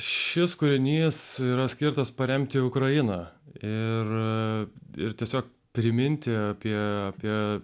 šis kūrinys yra skirtas paremti ukrainą ir ir tiesiog priminti apie apie